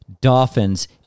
Dolphins